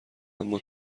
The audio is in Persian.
اما